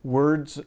words